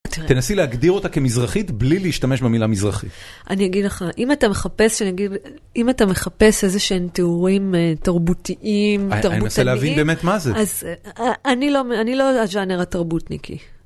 תנסי להגדיר אותה כמזרחית בלי להשתמש במילה מזרחית. אני אגיד לך, אם אתה מחפש איזה שהם תיאורים תרבותיים, תרבותניים... אני מנסה להבין באמת מה זה. אז אני לא ז'אנר התרבות, ניקי.